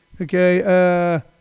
Okay